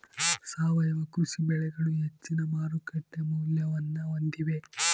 ಸಾವಯವ ಕೃಷಿ ಬೆಳೆಗಳು ಹೆಚ್ಚಿನ ಮಾರುಕಟ್ಟೆ ಮೌಲ್ಯವನ್ನ ಹೊಂದಿವೆ